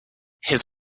his